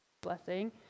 blessing